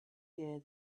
year